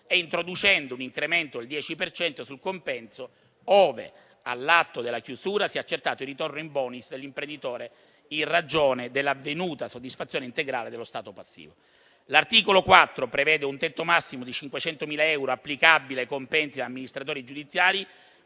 e introducendo un incremento del 10 per cento sul compenso ove, all'atto della chiusura, sia accertato il ritorno *in bonis* dell'imprenditore in ragione dell'avvenuta soddisfazione integrale dello stato passivo. L'articolo 4 prevede un tetto massimo di 500.000 euro applicabile ai compensi degli amministratori giudiziari